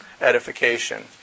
Edification